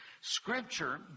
Scripture